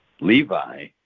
Levi